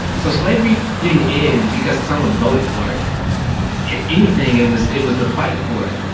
so slavery didn't end because someone voted for it. but if anything, it was it was the fight for it.